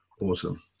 awesome